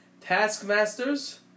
Taskmasters